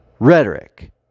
Rhetoric